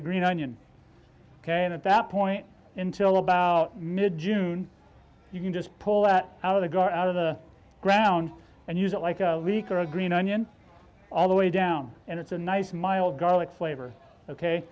a green onion ok and at that point in till about mid june you can just pull that out of the grow out of the ground and use it like a week or a green onion all the way down and it's a nice mild garlic flavor ok